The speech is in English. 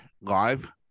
live